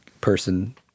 person